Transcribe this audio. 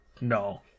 no